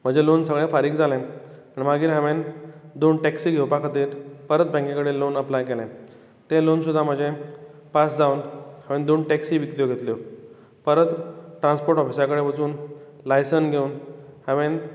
म्हजे लॉन सगळें फारीक जालें आनी मागीर हांवें दोन टॅक्सी घेवपा खातीर परत बँके कडेन लॉन अप्लाय केलो तो लॉन सुद्दां म्हजो पास जावन हांवें दोन टॅक्सी विकत्यो घेतल्यो परत ट्रांस्पोर्ट ऑफिसा कडेन वचून लायसंन घेवन हांवें